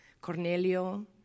Cornelio